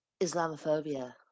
islamophobia